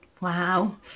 Wow